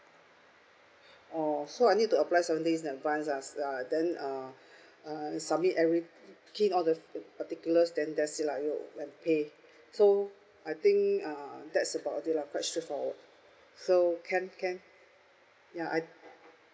oh so I need to apply seven days in advance ah uh then uh uh submit every key in all the particulars then that's it lah and pay so I think uh that's about it lah quite straightforward so can can ya I